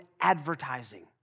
advertising